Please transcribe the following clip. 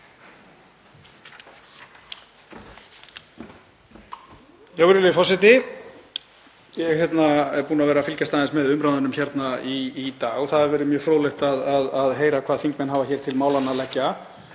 forseti. Ég er búinn að fylgjast aðeins með umræðunum hér í dag og það hefur verið mjög fróðlegt að heyra hvað þingmenn hafa til málanna að leggja.